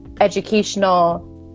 educational